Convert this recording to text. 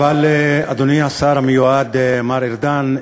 אדוני השר המיועד, מר ארדן,